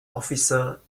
officer